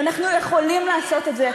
ואנחנו יכולים לעשות את זה,